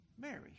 Mary